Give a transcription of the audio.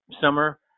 summer